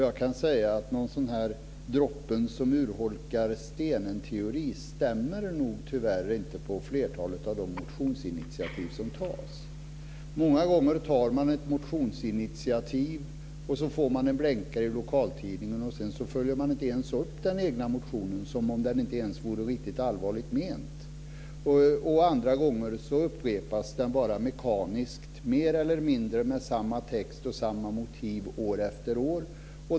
Jag kan säga att teorin om att droppen urholkar stenen tyvärr inte stämmer på flertalet av de motionsinitiativ som tas. Många gånger tar man initiativ till en motion, får en blänkare i lokaltidningen och följer sedan inte ens upp den egna motionen, som om den inte vore allvarligt menad. Andra gånger upprepas motionen mekaniskt, mer eller mindre med samma text och samma motiv år efter år.